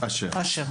אשר,